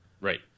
Right